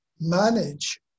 manage